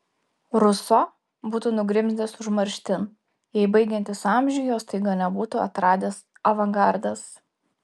ruso būtų nugrimzdęs užmarštin jei baigiantis amžiui jo staiga nebūtų atradęs avangardas